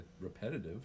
repetitive